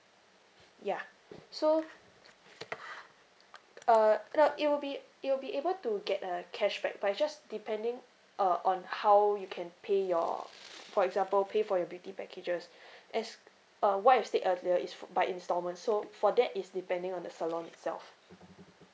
ya so uh it'll it will be you'll be able to get a cashback by just depending uh on how you can pay your for example pay for your beauty packages as uh what you state earlier is fo~ by instalments so for that is depending on the salon itself